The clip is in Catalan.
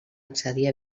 accedir